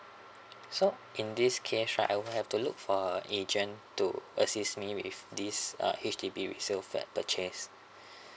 so in this case right I'll have to look for a agent to assist me with this uh H_D_B resale flat purchase